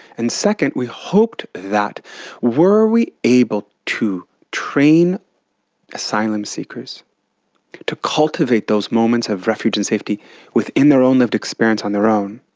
and second, we hoped that were we able to train asylum seekers to cultivate to those moments of refuge and safety within their own lived experience on their own,